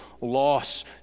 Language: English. loss